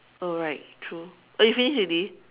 oh right true oh you finish already